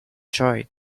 joy